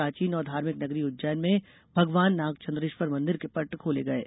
प्राचीन और धार्मिक नगरी उज्जैन में भगवान नागचन्द्रेश्वर मंदिर के पट खोले गये